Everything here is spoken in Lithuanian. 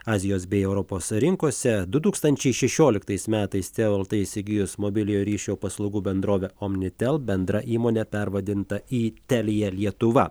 azijos bei europos rinkose du tūkstančiai šešioliktais metais teo lt įsigijus mobiliojo ryšio paslaugų bendrovę omnitel bendra įmonė pervadinta į telia lietuva